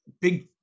big